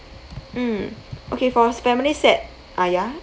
mm okay for family set uh ya